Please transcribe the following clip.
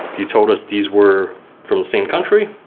you told us these were from the same country,